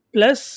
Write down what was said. Plus